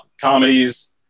comedies